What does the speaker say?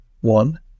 One